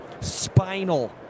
Spinal